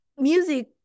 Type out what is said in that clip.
music